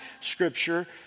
Scripture